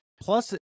Plus